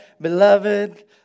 Beloved